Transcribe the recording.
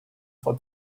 for